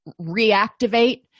reactivate